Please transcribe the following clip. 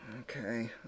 Okay